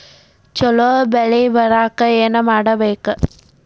ಛಲೋ ಬೆಳಿ ಬರಾಕ ಏನ್ ಮಾಡ್ಬೇಕ್?